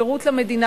שירות למדינה,